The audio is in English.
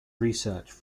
research